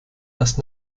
erst